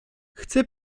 chcę